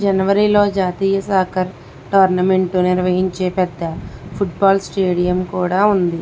జనవరిలో జాతీయ సాకర్ టార్నమెంట్ను నిర్వహించే పెద్ద ఫుట్బాల్ స్టేడియం కూడా ఉంది